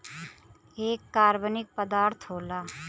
एक कार्बनिक पदार्थ होला